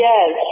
Yes